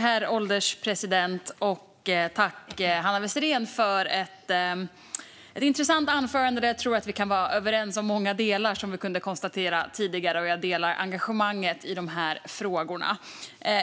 Herr ålderspresident! Tack, Hanna Westerén, för ett intressant anförande! Vi är överens om många delar, vilket vi kunde konstatera tidigare, och jag delar engagemanget i frågorna.